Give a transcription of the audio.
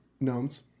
Gnomes